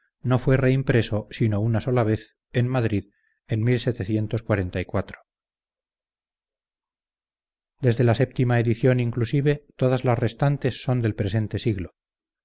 no fue reimpreso sino una sola vez en madrid en desde la séptima edición inclusive todas las restantes son del presente siglo